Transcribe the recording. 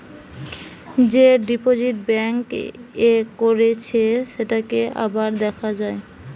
যে deposit bank এ করেছে সেটাকে আবার দেখা যায়